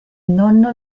nonno